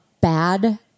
bad